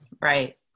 Right